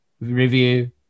review